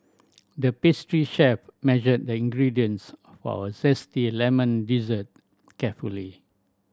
the pastry chef measured the ingredients for a zesty lemon dessert carefully